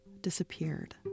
disappeared